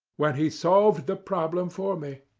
when he solved the problem for me.